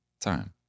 time